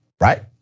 right